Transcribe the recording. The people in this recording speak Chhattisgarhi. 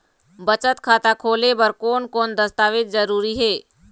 बचत खाता खोले बर कोन कोन दस्तावेज जरूरी हे?